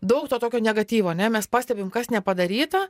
daug to tokio negatyvo ane mes pastebim kas nepadaryta